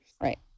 Right